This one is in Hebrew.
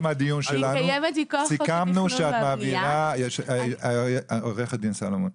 היא קיימת מכוח התכנון והבנייה --- עורכת דין סלומון,